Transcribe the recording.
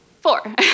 four